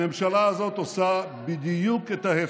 הממשלה הזאת עושה בדיוק את ההפך: